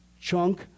chunk